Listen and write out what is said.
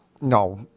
no